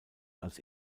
als